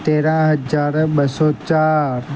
तेरहं हज़ार ॿ सौ चाररि